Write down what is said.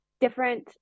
different